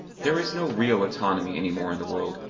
there is no real autonomy any more in the world,